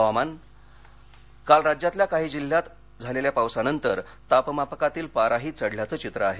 हवामान काल राज्यातल्या काही जिल्ह्यात झालेल्या पावसानंतर तापमापकातील पाराही चढल्याच चित्र आहे